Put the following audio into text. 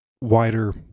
wider